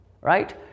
right